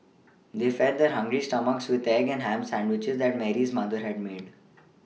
they fed their hungry stomachs with the egg and ham sandwiches that Mary's mother had made